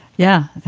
yeah.